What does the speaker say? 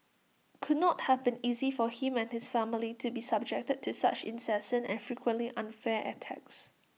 could not have been easy for him and his family to be subjected to such incessant and frequently unfair attacks